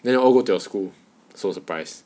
then all go to your school so surprise